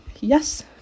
Yes